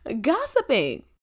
gossiping